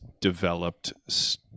developed